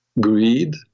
greed